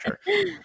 sure